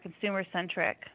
consumer-centric